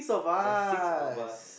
there's six of us